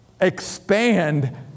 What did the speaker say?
expand